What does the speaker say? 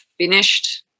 Finished